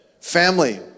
Family